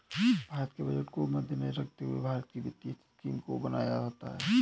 भारत के बजट को मद्देनजर रखते हुए भारत की वित्तीय स्कीम को बनाया जाता है